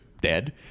dead